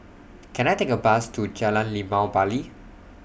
Can I Take A Bus to Jalan Limau Bali